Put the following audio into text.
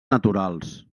naturals